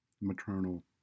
Maternal